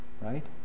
Right